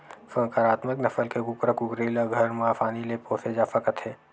संकरामक नसल के कुकरा कुकरी ल घर म असानी ले पोसे जा सकत हे